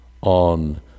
on